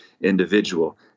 individual